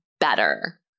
better